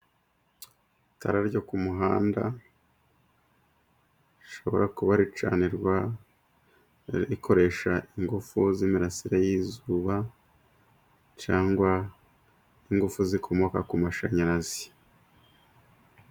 Itara ryo ku muhanda rishobora kuba ricanirwa, rikoresha ingufu z'imirasire y'izuba, cyangwa ingufu zikomoka ku mashanyarazi.